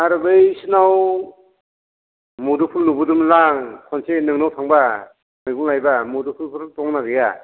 आरो बैसिनाव मुदुफुल नुबोदोंमोनलां खनसे नोंनाव थांबा मैगं लायब्ला मुदुफुलफोर दं ना गैया